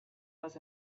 was